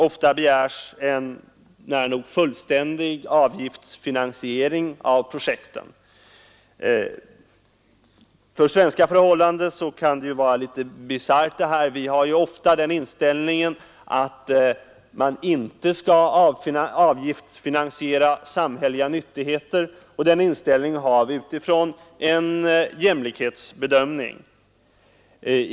Ofta begärs en nära nog fullständig avgiftsfinansiering av projekten. För svenska förhållanden kan det vara litet bisarrt. Vi har ofta den inställningen att man inte skall avgiftsfinansiera samhälleliga nyttigheter, och den inställningen har vi utifrån en jämlikhetsbedömning.